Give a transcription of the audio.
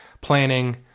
planning